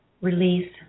release